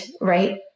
right